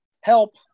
help